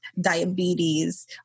diabetes